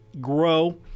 grow